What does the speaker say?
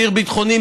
אסיר ביטחוני,